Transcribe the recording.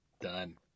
done